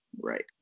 Right